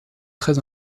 très